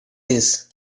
this